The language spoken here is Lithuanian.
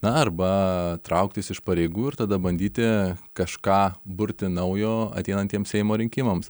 na arba trauktis iš pareigų ir tada bandyti kažką burti naujo ateinantiems seimo rinkimams